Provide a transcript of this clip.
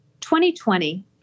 2020